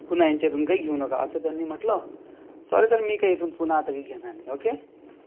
पुन्हा यांच्यातून काही घेऊ नका असं त्यांनी म्हटलं सॉरी सर मी काही इथून पुन्हा आता काही घेणार नाही ओके